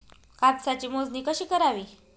कापसाची मोजणी कशी करावी?